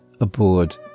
aboard